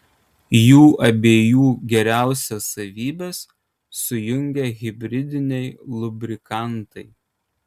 jų abiejų geriausias savybes sujungia hibridiniai lubrikantai